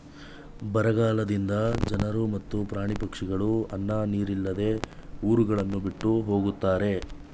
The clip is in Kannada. ಬರಗಾಲದಿಂದ ಜನರು ಮತ್ತು ಪ್ರಾಣಿ ಪಕ್ಷಿಗಳು ಅನ್ನ ನೀರಿಲ್ಲದೆ ಊರುಗಳನ್ನು ಬಿಟ್ಟು ಹೊಗತ್ತರೆ